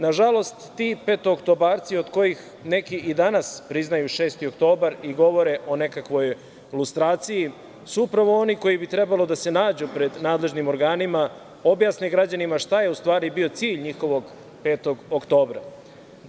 Nažalost ti petooktobarci od kojih neki i danas priznaju 6. oktobar i govore o nekakvoj lustraciji, su upravo oni koji bi trebalo da se nađu pred nadležnim organima, objasne građanima šta je u stvari bio cilj njihovog 5. oktobra.